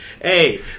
Hey